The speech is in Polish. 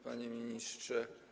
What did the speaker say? Panie Ministrze!